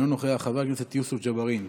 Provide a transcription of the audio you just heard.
אינו נוכח, חבר הכנסת יוסף ג'בארין,